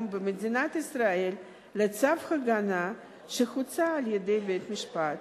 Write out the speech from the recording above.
במדינת ישראל לצו הגנה שהוצא על-ידי בית-משפט.